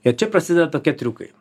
ir čia prasideda tokie triukai